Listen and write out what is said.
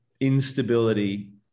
instability